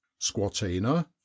squatina